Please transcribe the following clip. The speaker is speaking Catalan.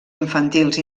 infantils